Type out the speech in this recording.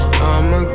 I'ma